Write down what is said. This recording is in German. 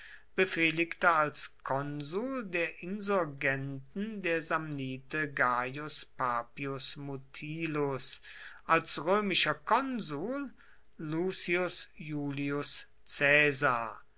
befehligte als konsul der insurgenten der samnite gaius papius mutilus als römischer konsul lucius iulius